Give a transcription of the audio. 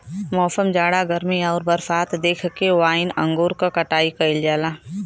मौसम, जाड़ा गर्मी आउर बरसात देख के वाइन अंगूर क कटाई कइल जाला